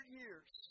years